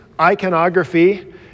iconography